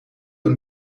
een